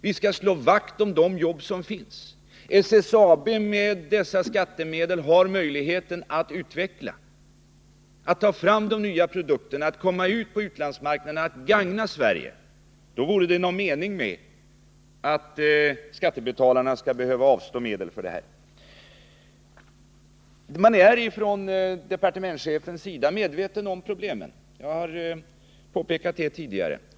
Vi skall därför slå vakt om de jobb som finns. SSAB har med dessa skattemedel möjlighet att ta fram och utveckla nya produkter, komma ut på utlandsmarknaden och därmed gagna Sverige. Då vore det någon mening med att skattebetalarna måste avstå medel för detta. Departementschefen är medveten om problemen — det har jag påpekat tidigare.